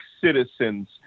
citizens